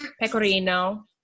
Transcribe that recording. Pecorino